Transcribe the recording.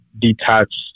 detached